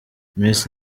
miss